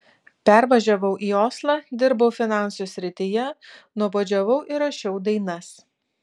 pervažiavau į oslą dirbau finansų srityje nuobodžiavau ir rašiau dainas